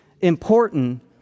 important